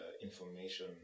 information